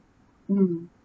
mm